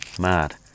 Mad